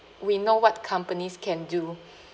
we know what companies can do